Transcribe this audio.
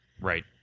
Right